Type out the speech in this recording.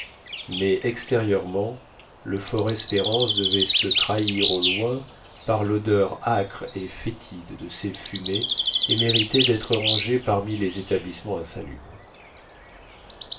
mais extérieurement le fortespérance devait se trahir au loin par l'odeur âcre et fétide de ses fumées et méritait d'être rangé parmi les établissements insalubres